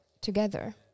together